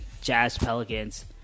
Jazz-Pelicans